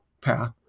path